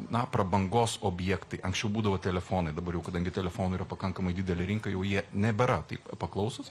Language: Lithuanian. na prabangos objektai anksčiau būdavo telefonai dabar jau kadangi telefonų yra pakankamai didelė rinka jau jie nebėra taip paklausūs